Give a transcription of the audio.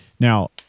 Now